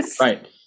Right